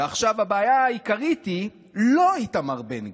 ועכשיו הבעיה העיקרית היא לא איתמר בן גביר,